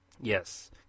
Yes